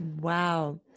Wow